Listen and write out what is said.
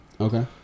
Okay